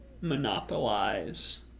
monopolize